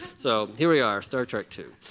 so here we are, star trek two.